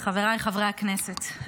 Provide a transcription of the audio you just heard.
חבריי חברי הכנסת,